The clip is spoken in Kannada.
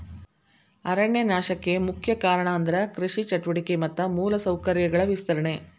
ಅರಣ್ಯ ನಾಶಕ್ಕೆ ಮುಖ್ಯ ಕಾರಣ ಅಂದ್ರ ಕೃಷಿ ಚಟುವಟಿಕೆ ಮತ್ತ ಮೂಲ ಸೌಕರ್ಯಗಳ ವಿಸ್ತರಣೆ